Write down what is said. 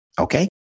Okay